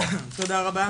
תודה רבה.